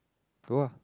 go ah